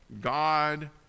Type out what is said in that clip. God